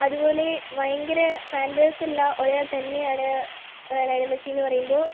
അതുപോലെ ഭയങ്കര fan base ഉള്ള ഒരാൾ തന്നെയാണ് ലയണൽ മെസ്സിന്നു പറയുമ്പോൾ